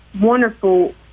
wonderful